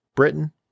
Britain